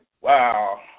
wow